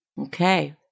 Okay